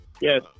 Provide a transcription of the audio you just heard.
yes